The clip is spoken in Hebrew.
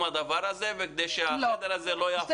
זה וכדי שהחדר הזה לא יהפוך לכיתת יחיד.